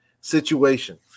situation